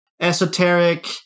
esoteric